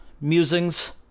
musings